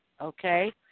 okay